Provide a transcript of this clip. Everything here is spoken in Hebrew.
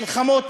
מלחמות,